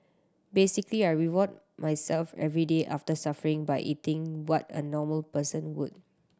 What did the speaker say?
basically I reward myself every day after suffering by eating what a normal person would